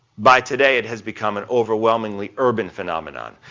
by today, it has become an overwhelmingly urban phenomenon.